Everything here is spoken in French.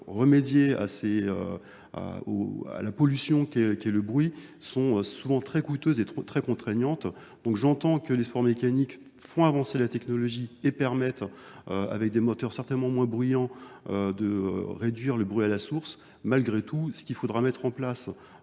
remédier à la pollution qu'est le bruit sont souvent très coûteuses et très contraignantes donc j'entends que les sports mécaniques qui font avancer la technologie et permettent avec des moteurs certainement moins bruyants de réduire le bruit à la source, malgré tout ce qu'il faudra mettre en place